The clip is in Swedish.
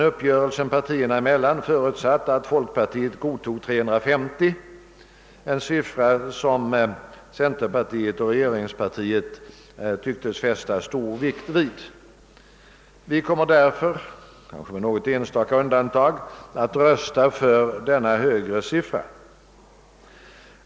Uppgörelsen partierna emellan förutsatte emellertid att folkpartiet godtog 350 mandat, en siffra som centerpartiet och regeringspartiet tycktes fästa stor vikt vid. Vi kommer därför, med något enstaka undantag, att rösta för denna högre siffra.